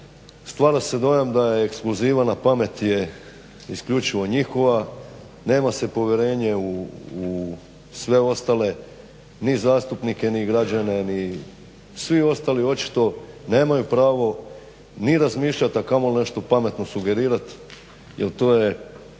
stvara se dojam da je ekskluziva, napamet je isključivo njihova, nema se povjerenje u sve ostale, ni zastupnike, ni građane. Svi ostali očito nemaju pravo ni razmišljat a kamoli nešto pametno sugerirat jer to je